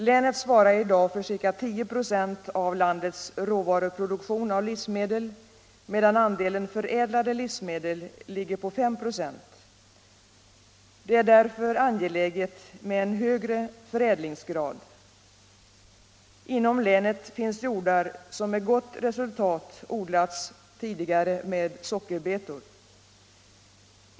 Länet svarar i dag för ca 10 96 av vårt lands råvaruproduktion av livsmedel medan andelen förädlade livsmedel ligger på 5 96. Det är därför angeläget med en högre förädlingsgrad. Inom länet finns jordar som med gott resultat tidigare odlats med sockerbetor.